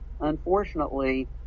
unfortunately